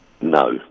No